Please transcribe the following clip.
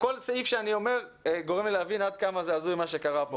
כל סעיף שאני אומר גורם לי להבין עד כמה זה הזוי מה שקרה פה.